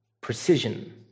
precision